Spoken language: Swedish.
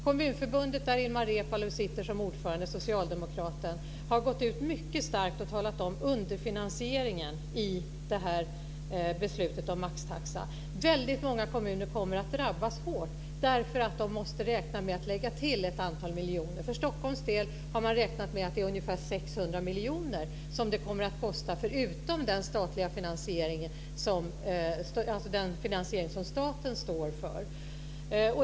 Kommunförbundet där Illmar Reepalu, socialdemokrat, sitter som ordförande har gått ut mycket starkt och talat om underfinansiering i beslutet om maxtaxa. Många kommuner kommer att drabbas hårt eftersom de måste räkna med att lägga till ett antal miljoner. För Stockholms del har man räknat med att det är ungefär 600 miljoner som det kommer att kosta förutom den finansiering som staten står för.